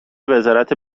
وزارت